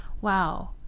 Wow